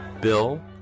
Bill